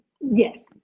yes